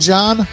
John